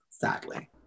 sadly